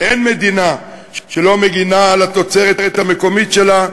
אין מדינה שלא מגינה על התוצרת המקומית שלה,